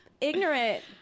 ignorant